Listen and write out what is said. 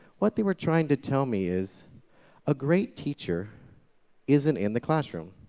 what they were trying to tell me is a great teacher isn't in the classroom.